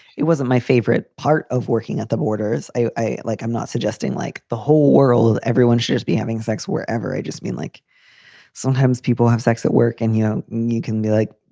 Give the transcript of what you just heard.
it wasn't my favorite part of working at the borders. i like i'm not suggesting like the whole world. everyone should be having sex wherever. i just mean, like sometimes people have sex at work and, you know, you can be like,